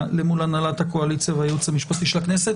מול הנהלת הקואליציה והייעוץ המשפטי של הכנסת.